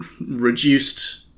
reduced